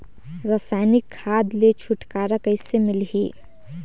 रसायनिक खाद ले छुटकारा कइसे मिलही?